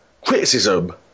criticism